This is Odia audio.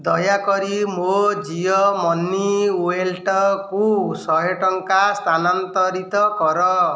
ଦୟାକରି ମୋ ଜିଓ ମନି ୱାଲେଟ୍କୁ ଶହେ ଟଙ୍କା ସ୍ଥାନାନ୍ତରିତ କର